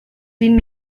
vint